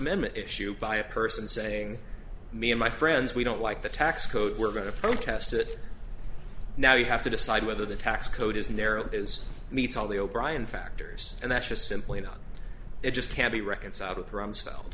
amendment issue by a person saying me and my friends we don't like the tax code we're going to protest it now you have to decide whether the tax code is narrow is meets all the o'brian factors and that's just simply not it just can't be reconciled with rumsfeld